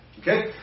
Okay